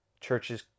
churches